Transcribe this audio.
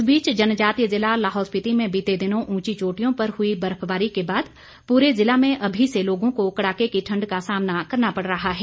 इस बीच जनजातीय जिला लाहौल स्पिति में बीते दिनों उंची चोटियों पर हुई बर्फबारी के बाद पूरे जिला में अभी से लोगों को कड़ाके की ठंड का सामना करना पड़ रहा है